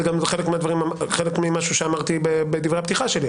זה חלק מהדברים שאמרתי בדברי הפתיחה שלי.